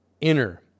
inner